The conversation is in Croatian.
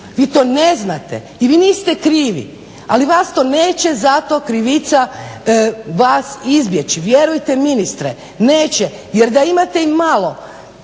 vi to ne znate i vi niste krivi. Ali vas to neće zato krivica vas izbjeći, vjerujete ministre neće jer da imate i malo